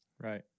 Right